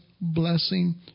blessing